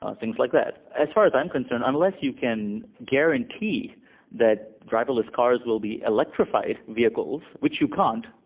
ah things like that. as far as i'm concerned unless you can guarantee that driverless cars will be electrified vehicles, which you can't,